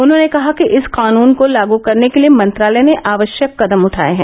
उन्होंने कहा कि इस कानून को लागू करने के लिए मंत्रालय ने आवश्यक कदम उठाए हैं